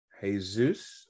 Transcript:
Jesus